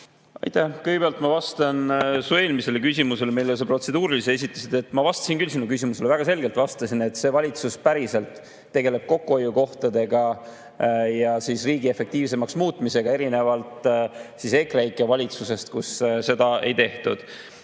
Aitäh! Kõigepealt ma vastan su eelmisele küsimusele, mille sa kui protseduurilise esitasid. Ma vastasin küll sinu küsimusele. Ma väga selgelt vastasin, et see valitsus päriselt tegeleb kokkuhoiukohtadega ja riigi efektiivsemaks muutmisega. Seda erinevalt EKREIKE valitsusest, kes seda ei teinud.